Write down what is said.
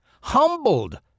humbled